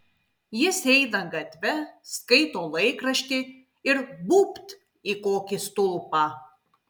jis eina gatve skaito laikraštį ir būbt į kokį stulpą